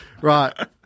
Right